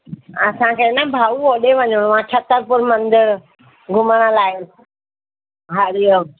असांखे न भाउ ओॾे वञिणो आहे छतरपुर मंदिर घुमण लाइ हरि ओम